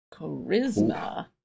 Charisma